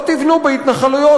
לא תבנו בהתנחלויות,